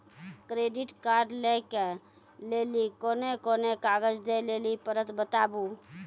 Credit card लै के लेली कोने कोने कागज दे लेली पड़त बताबू?